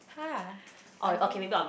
!huh! I mean